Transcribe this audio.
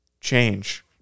change